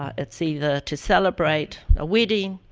it's either to celebrate a wedding,